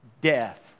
death